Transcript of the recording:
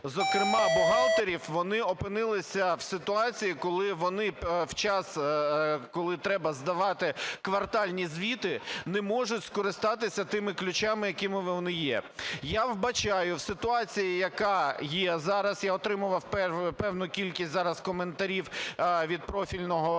зокрема бухгалтерів, вони опинилися в ситуації, коли вони в час, коли треба здавати квартальні звіти, не можуть скористатися тими ключами, які в них є. Я вбачаю в ситуації, яка є зараз, я отримував певну кількість зараз коментарів від профільного